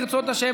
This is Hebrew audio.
ברצות השם,